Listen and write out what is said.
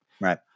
Right